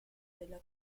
della